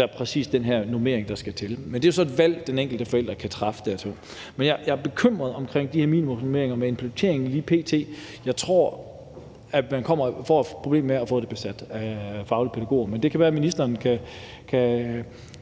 end præcis den her normering, der skal til. Men det er så et valg, den enkelte forælder kan træffe. Men jeg er bekymret for de her minimumsnormeringer med implementeringen lige p.t. Jeg tror, at man kommer til at få et problem med at få stillingerne besat af faglige pædagoger. Men det kan være, at ministeren